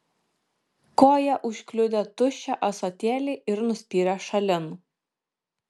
koja užkliudė tuščią ąsotėlį ir nuspyrė šalin